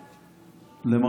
--- לא.